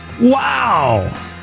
Wow